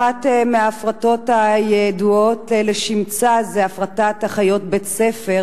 אחת מההפרטות הידועות לשמצה היא הפרטת אחיות בית-ספר,